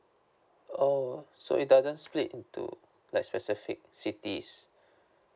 oh so it doesn't split into like specific cities